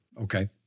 Okay